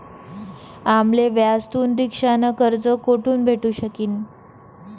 आम्ले व्याजथून रिक्षा न कर्ज कोठून भेटू शकीन